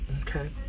Okay